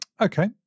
Okay